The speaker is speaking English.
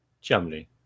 Chumley